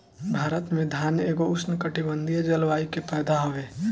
भारत में धान एगो उष्णकटिबंधीय जलवायु के पौधा हवे